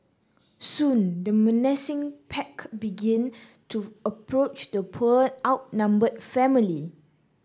soon the menacing pack began to approach the poor outnumbered family